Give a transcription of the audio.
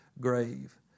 grave